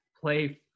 play